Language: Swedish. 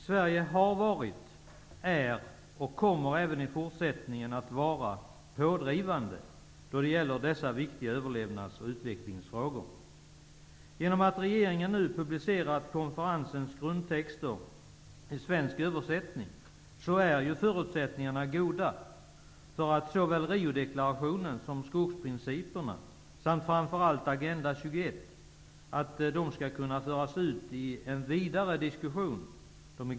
Sverige har varit, är och kommer även i fortsättningen att vara pådrivande när det gäller dessa viktiga överlevnads och utvecklingsfrågor. Genom att regeringen nu publicerat konferensens grundtexter i svensk översättning är förutsättningarna goda för att såväl Riodeklarationen som skogsprinciperna och framför allt Agenda 21 skall kunna föras ut i en vidare diskussion.